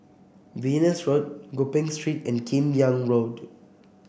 Venus Road Gopeng Street and Kim Yam Road